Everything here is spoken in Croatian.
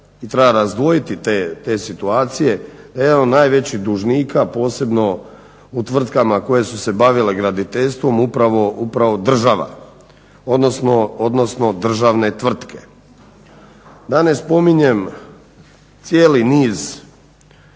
i treba razdvojiti te situacije, da je jedan od najvećih dužnika posebno u tvrtkama koje su se bavile graditeljstvom upravo država, odnosno državne tvrtke. Da ne spominjem cijeli niz